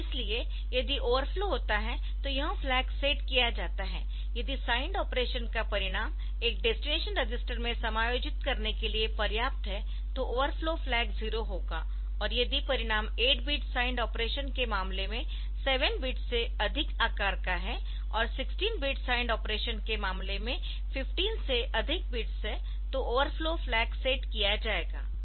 इसलिएयदि overflow होता है तो यह फ्लैग सेट किया जाता है यदि साइंड ऑपरेशन का परिणाम एक डेस्टिनेशन रजिस्टर में समायोजित करने के लिए पर्याप्त है तो ओवरफ्लोफ्लैग0 होगा और यदि परिणाम 8 बिट साइंड ऑपरेशन के मामले में 7 बिट्स से अधिक आकार का है और 16 बिट साइंड ऑपरेशन के मामले में 15 से अधिक बिट्स है तो ओवरफ्लो फ्लैग सेट किया जाएगा